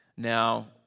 Now